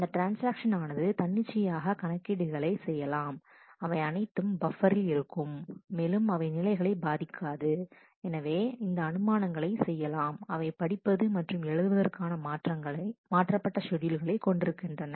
அந்த ட்ரான்ஸ்ஆக்ஷன் ஆனது தன்னிச்சையான கணக்கீடுகளை செய்யலாம் அவை அனைத்தும் பஃப்பரில் இருக்கும் மேலும் அவை நிலைகளை பாதிக்காது எனவே நாம் இந்த அனுமானங்களை செய்யலாம் அவை படிப்பது மற்றும் எழுதுவதற்கான மாற்றப்பட்ட ஷெட்யூல்களை கொண்டிருக்கின்றன